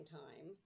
time